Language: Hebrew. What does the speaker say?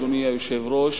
אדוני היושב-ראש,